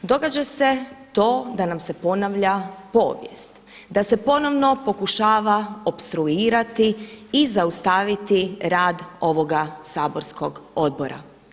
Događa se to da nam se ponavlja povijest, da se ponovno pokušava opstruirati i zaustaviti rad ovoga saborskog odbora.